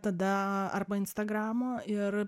tada arba instagramo ir